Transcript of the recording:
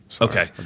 Okay